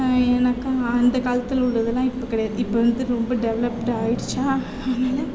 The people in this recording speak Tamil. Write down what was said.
ஏன்னாக்கால் அந்த காலத்தில் உள்ளதெலாம் இப்போ கிடையாது இப்போ வந்து ரொம்ப டெவலப்டு ஆகிடுச்சா அதனால